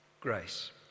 grace